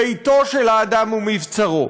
ביתו של האדם הוא מבצרו,